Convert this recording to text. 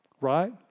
Right